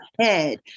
head